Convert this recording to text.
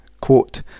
quote